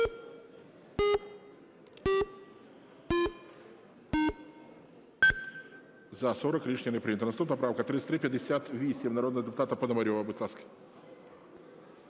За-40 Рішення не прийнято. Наступна правка 3358, народного депутата Пономарьова. Будь ласка.